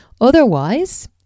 Otherwise